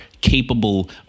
capable